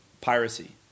piracy